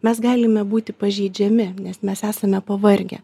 mes galime būti pažeidžiami nes mes esame pavargę